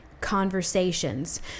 Conversations